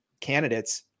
candidates